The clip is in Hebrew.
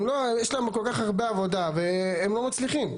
יש להם כל כך הרבה עבודה והם לא מצליחים.